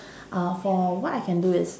uh for what I can do is